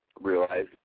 realize